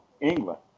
England